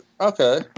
Okay